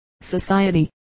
society